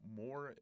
more –